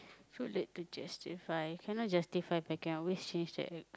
so late to justify cannot justify but can always change that right